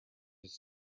his